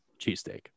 cheesesteak